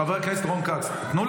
קטי, אבל